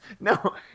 No